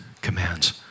commands